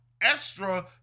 extra